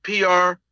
PR